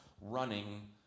running